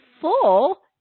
full